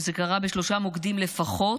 וזה קרה בשלושה מוקדים לפחות: